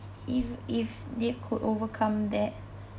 if if they could overcome that